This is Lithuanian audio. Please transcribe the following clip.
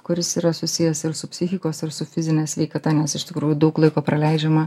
kuris yra susijęs ir su psichikos ir su fizine sveikata nes iš tikrųjų daug laiko praleidžiama